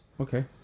Okay